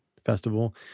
festival